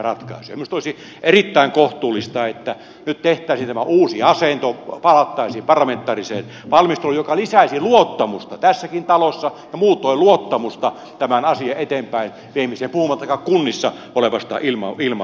minusta olisi erittäin kohtuullista että nyt tehtäisiin tämä uusi asento palattaisiin parlamentaariseen valmisteluun joka lisäisi luottamusta tässäkin talossa ja muutoin luottamusta tämän asian eteenpäinviemiseen puhumattakaan kunnissa olevasta ilmapiiristä